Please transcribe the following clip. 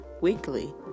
weekly